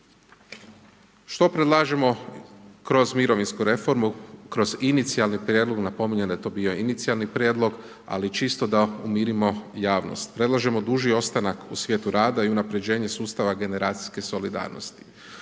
Što predlažemo kroz mirovinsku reformu, kroz inicijalni prijedlog, napominjem da je to bio inicijalni prijedlog, ali čisto da umirimo javnost. Predlažemo duži ostanak u svijetu rada i unapređenje sustava generacijske solidarnosti.